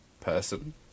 person